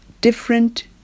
different